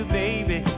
baby